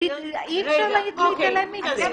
אי אפשר להתעלם מזה.